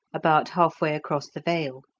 about half-way across the vale.